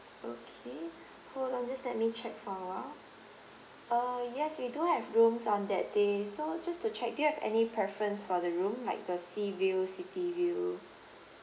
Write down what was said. okay hold on just let me check for a while uh yes we do have rooms on that day so just to check do you have any preference for the room like the sea view city view